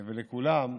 ולכולם,